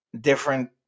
different